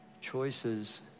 choices